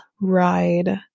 ride